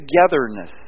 togetherness